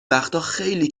وقتاخیلی